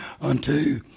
unto